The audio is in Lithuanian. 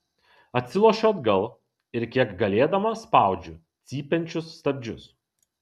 atsilošiu atgal ir kiek galėdama spaudžiu cypiančius stabdžius